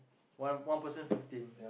one one person fifteen